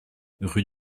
rue